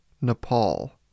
Nepal